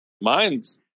mine's